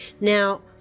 Now